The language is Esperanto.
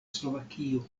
slovakio